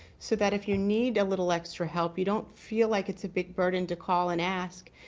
so that if you need a little extra help you don't feel like it's a big burden to call and ask.